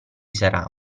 sarà